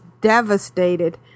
devastated